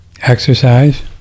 exercise